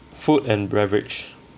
food and beverage